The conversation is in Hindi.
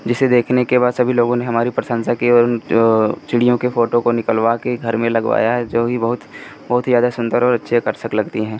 जिसे देखने के बाद सभी लोगों ने हमारी प्रशंसा की और चिड़ियों के फोटो को निकलवा के घर में लगवाया जो भी बहुत बहुत ही ज़्यादा सुन्दर और अच्छे करसक लगती हैं